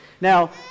now